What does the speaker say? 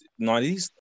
90s